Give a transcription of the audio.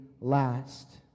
last